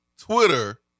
Twitter